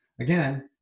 again